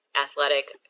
athletic